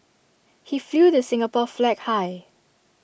he flew the Singapore flag high